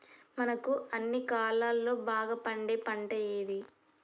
మనకు అన్ని కాలాల్లో బాగా పండే పంట ఏది?